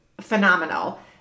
phenomenal